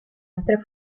altre